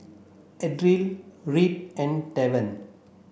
Ardelle Reed and Tavon